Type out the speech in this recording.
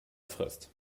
frist